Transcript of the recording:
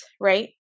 right